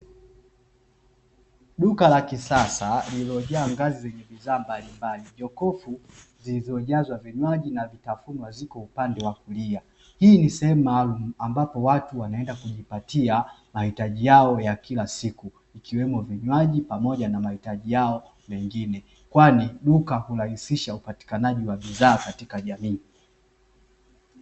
Duka la kisasa lililojaa ngazi zenye bidhaa mbalimbali, jokofu zilizojazwa vinywaji na vitafunwa ziko upande wa kulia. Hii ni sehemu maalumu ambapo watu wanaenda kujipatia mahitaji yao ya kila siku ikiwemo vinywaji pamoja na mahitaji yao mengine kwani duka hulahisisha upatikanaji wa bidhaa katika jamii.